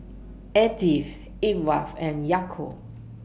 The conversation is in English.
Attie and Yaakov